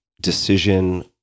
decision